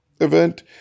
event